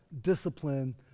discipline